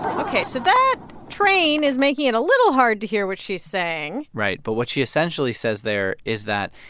ok. so that train is making it a little hard to hear what she's saying right. but what she essentially says there is that,